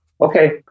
Okay